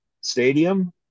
stadium